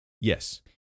yes